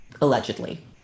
Allegedly